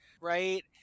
right